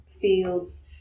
fields